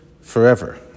forever